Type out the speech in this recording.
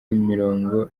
imirongo